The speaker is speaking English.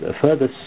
further